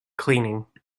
cleaning